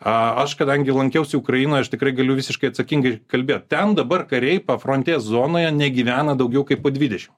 aš kadangi lankiausi ukrainoje aš tikrai galiu visiškai atsakingai kalbėt ten dabar kariai pafrontės zonoje negyvena daugiau kaip po dvidešim